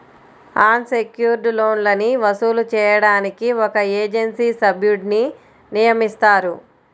అన్ secured లోన్లని వసూలు చేయడానికి ఒక ఏజెన్సీ సభ్యున్ని నియమిస్తారు